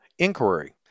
inquiry